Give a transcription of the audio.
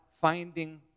finding